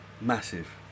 Massive